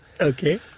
Okay